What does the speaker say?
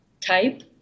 type